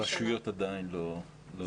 הרשויות המקומיות עדיין לא נערכות.